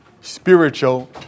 Spiritual